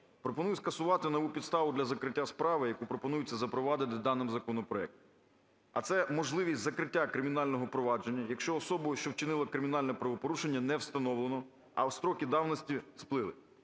пропоную скасувати нову підставу для закриття справи, яку пропонується запровадити даним законопроектом. А це можливість закриття кримінального провадження, якщо особу, що вчинила кримінальне правопорушення, не встановлено, а строки давності сплили.